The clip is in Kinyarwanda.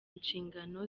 inshingano